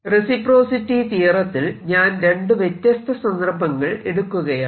reciprocity തിയറത്തിൽ ഞാൻ രണ്ടു വ്യത്യസ്ത സന്ദർഭങ്ങൾ എടുക്കുകയാണ്